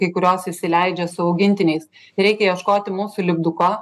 kai kurios įsileidžia su augintiniais reikia ieškoti mūsų lipduko